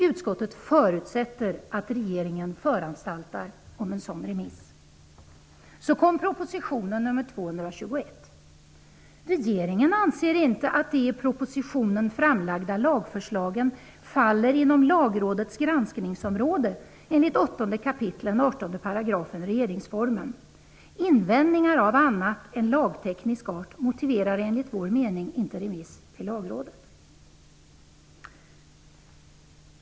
Utskottet förutsätter att regeringen föranstaltar om en sådan remiss. Sedan kom proposition nr 221. Regeringen anser inte att de i propositionen framlagda lagförslagen faller inom Lagrådets granskningsområde enligt Invändningar av annat än lagtekniskt slag motiverar enligt vår mening inte remiss till Lagrådet.